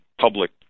public